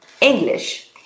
English